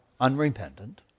unrepentant